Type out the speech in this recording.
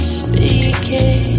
speaking